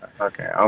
Okay